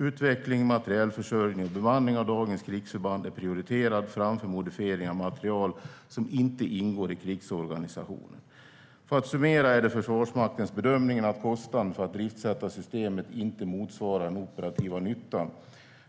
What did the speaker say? Utveckling, materielförsörjning och bemanning av dagens krigsförband är prioriterad framför modifiering av materiel som inte ingår i krigsorganisationen. För att summera är det Försvarsmaktens bedömning att kostnaden för att driftsätta systemet inte motsvarar den operativa nyttan.